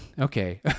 okay